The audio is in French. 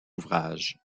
ouvrages